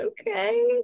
Okay